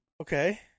Okay